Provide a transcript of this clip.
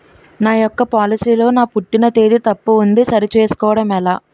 నా యెక్క పోలసీ లో నా పుట్టిన తేదీ తప్పు ఉంది సరి చేసుకోవడం ఎలా?